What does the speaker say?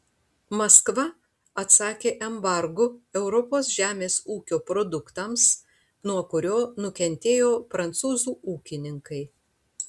maskva atsakė embargu europos žemės ūkio produktams nuo kurio nukentėjo prancūzų ūkininkai